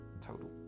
total